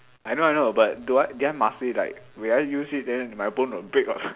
I know I know but do I did I master it like will I use it then my bone will break or something